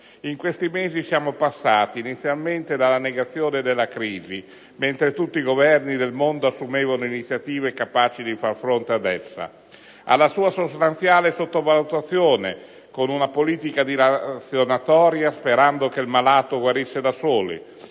In questi mesi siamo passati inizialmente dalla negazione della crisi (mentre tutti i Governi del mondo assumevano iniziative capaci di far fronte ad essa), alla sua sostanziale sottovalutazione (con una politica dilatoria, sperando che il malato guarisse da solo),